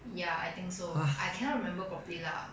ya I think so I cannot remember properly lah